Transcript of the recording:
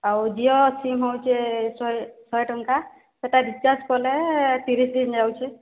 ଆଉ ଜିଓ ସିମ୍ ହେଉଛେ ଶହେ ଶହେ ଟଙ୍କା ସେଟା ରିଚାର୍ଜ କଲେ ତିରିଶ୍ ଦିନ୍ ଯାଉଛେ